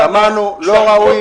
אמרנו שזה לא ראוי.